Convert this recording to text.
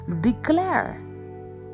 Declare